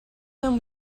him